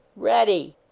ready!